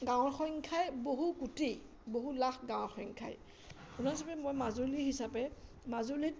গাঁৱৰ সংখ্যাই বহু কোটি বহু লাখ গোটেই বহু লাখ গাঁৱৰ সংখ্যাই উদাহৰণস্বৰূপে মই মাজুলী হিচাপে মাজুলীত